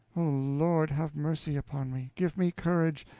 lord, have mercy upon me give me courage,